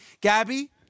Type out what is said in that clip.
Gabby